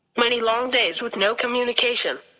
many long days with no communication.